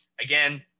again